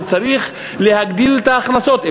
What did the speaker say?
שאמור להגדיל את ההכנסות,